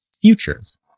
futures